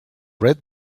red